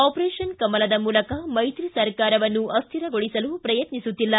ಆಮರೇಶನ್ ಕಮಲದ ಮೂಲಕ ಮೈತ್ರಿ ಸರ್ಕಾರವನ್ನು ಅಸ್ಥಿರಗೊಳಿಸಲು ಪ್ರಯತ್ನಿಸುತ್ತಿಲ್ಲ